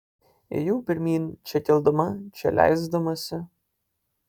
ėjau pirmyn čia kildama čia leisdamasi